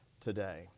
today